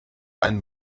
ein